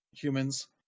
humans